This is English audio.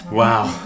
wow